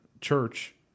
church